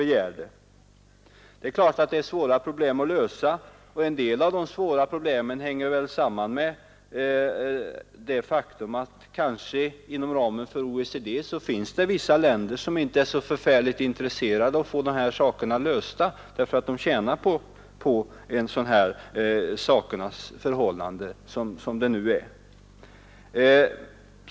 Problemen är utomordentligt svåra att lösa, och en del av dem hänger väl samman med det faktum att det inom OECD finns vissa länder som kanske inte är intresserade av att få dessa frågor lösta, eftersom de tjänar på det sakernas tillstånd som nu råder.